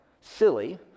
silly